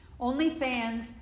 OnlyFans